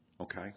Okay